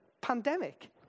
pandemic